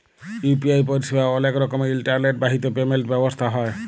UPI পরিসেবা অলেক রকমের ইলটারলেট বাহিত পেমেল্ট ব্যবস্থা হ্যয়